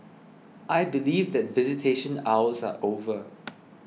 I believe that visitation hours are over